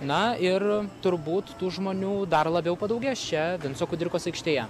na ir turbūt tų žmonių dar labiau padaugės čia vinco kudirkos aikštėje